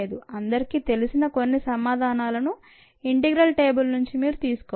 అందరికీ తెలిసిన కొన్ని సమాధానాలను ఇంటిగ్రల్ టేబుల్ నుంచి మీరు తీసుకోవచ్చు